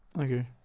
Okay